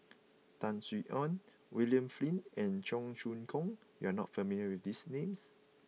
Tan Sin Aun William Flint and Cheong Choong Kong you are not familiar with these names